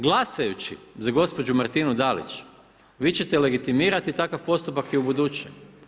Glasajući za gospođu Marinu Dalić, vi ćete legitimirati takav postupak i ubuduće.